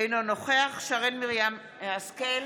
אינו נוכח שרן מרים השכל,